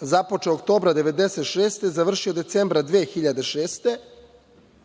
započeo oktobra 1996. godine, decembra 2006.